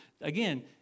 Again